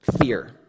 fear